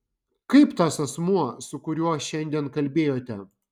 kaip tas asmuo su kuriuo šiandien kalbėjote